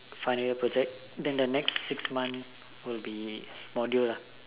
final year project then the next six month will be module lah